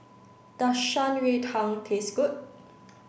does Shan Rui Tang taste good